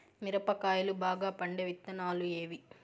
మిరప కాయలు బాగా పండే విత్తనాలు ఏవి